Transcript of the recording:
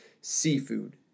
seafood